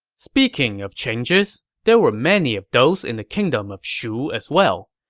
speaking of changes, there were many of those in the kingdom of shu as well.